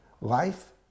Life